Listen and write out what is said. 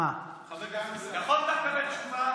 אפשר דעה נוספת?